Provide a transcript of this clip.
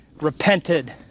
repented